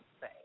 say